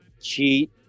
cheat